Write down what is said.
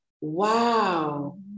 Wow